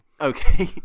Okay